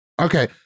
Okay